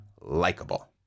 likable